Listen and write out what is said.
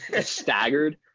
staggered